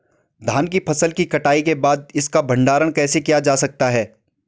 धान की फसल की कटाई के बाद इसका भंडारण कैसे किया जा सकता है?